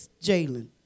Jalen